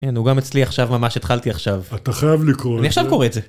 אין הוא גם אצלי עכשיו ממש התחלתי עכשיו אתה חייב לקרוא את זה... אני עכשיו קורא את זה.